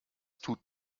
tut